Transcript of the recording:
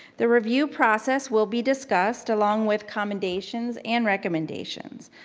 the review process will be discussed along with commendations and recommendations.